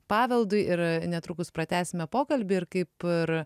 paveldui ir netrukus pratęsime pokalbį ir kaip ir